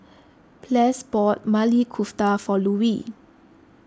Ples bought Maili Kofta for Louie